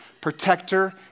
protector